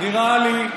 ככה נראית הממשלה.